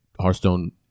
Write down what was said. Hearthstone